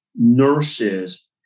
nurses